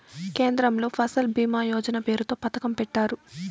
కేంద్రంలో ఫసల్ భీమా యోజన పేరుతో పథకం పెట్టారు